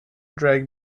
drag